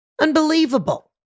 Unbelievable